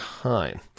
time